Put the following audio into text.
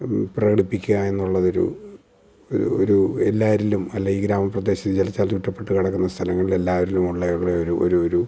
പ്രകടിപ്പിക്കുക എന്നുള്ളതൊരു ഒരു ഒരു എല്ലാവരിലും അല്ലെങ്കിൽ ഈ ഗ്രാമപ്രദേശത്ത് ജലത്താൽ ചുറ്റപ്പെട്ട കിടക്കുന്ന സ്ഥലങ്ങളിലെല്ലാവരിലും ഉള്ള ഒരു ഒരു ഒരു